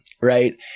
right